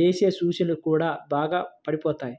దేశీయ సూచీలు కూడా బాగా పడిపోతాయి